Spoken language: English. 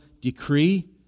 decree